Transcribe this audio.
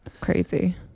Crazy